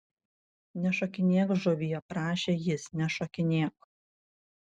nešokinėk žuvie prašė jis nešokinėk